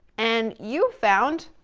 and you found,